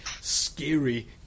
scary